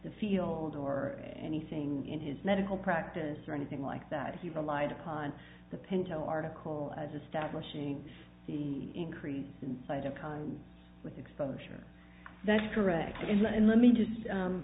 the field or anything in his medical practice or anything like that he relied upon the pinto article as establishing the increase in sight and with exposure that's correct and let me just